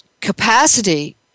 capacity